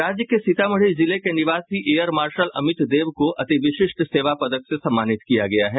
राज्य के सीतामढ़ी जिले के निवासी एयर मार्शल अमित देव को अतिविशिष्ट सेवा पदक से सम्मानित किया गया है